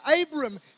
abram